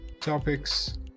topics